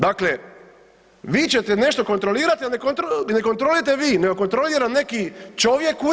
Dakle, vi ćete nešto kontrolirati a ne kontrolirate vi nego kontrolira neki čovjek u Irskoj.